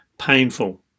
painful